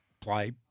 play